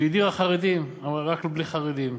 שהדירה חרדים, אמרה: רק בלי חרדים,